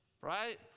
right